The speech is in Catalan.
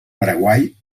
paraguai